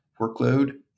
workload